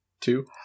Two